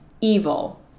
evil